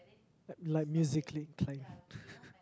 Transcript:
like musically inclined